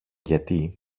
γιατί